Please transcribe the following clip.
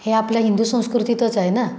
हे आपल्या हिंदू संस्कृतीतच आहे ना